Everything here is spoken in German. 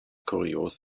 kurios